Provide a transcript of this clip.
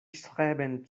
streben